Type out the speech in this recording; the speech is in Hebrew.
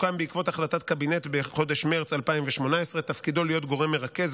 המט"ל הוקם בעקבות החלטת קבינט בחודש מרץ 2018. תפקידו להיות גורם מרכז,